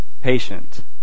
patient